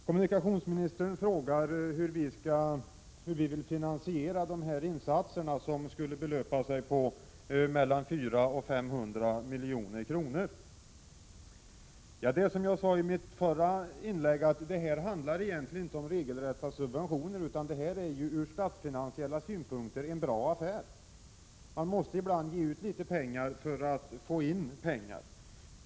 Kommunikationsministern frågar hur vi vill finansiera de insatser som skulle belöpa sig till mellan 400 och 500 milj.kr. Som jag sade i mitt förra inlägg handlar det här inte om regelrätta subventioner, utan det är fråga om en ur statsfinansiella synpunkter bra affär. Man måste ibland ge ut litet pengar för att få in pengar.